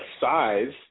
size